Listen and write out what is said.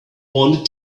wanted